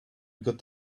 got